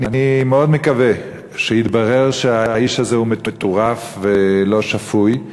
אני מאוד מקווה שיתברר שהאיש הזה הוא מטורף ולא שפוי.